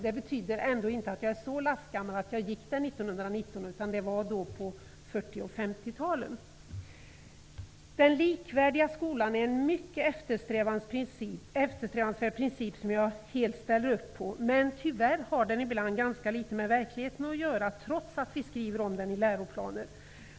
Det betyder ändå inte jag är så lastgammal att jag gick i skolan 1919, utan jag gick i skolan på 1940 Den likvärdiga skolan är en mycket eftersträvansvärd princip, som jag helt ställer upp på. Men tyvärr har den ibland ganska litet med verkligheten att göra, trots att vi skriver om den i läroplaner.